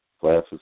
classes